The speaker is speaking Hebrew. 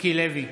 מיקי לוי,